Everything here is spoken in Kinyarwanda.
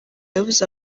yabuze